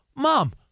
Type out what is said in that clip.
Mom